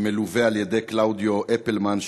מלווה על ידי קלאודיו אפלמן,